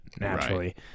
naturally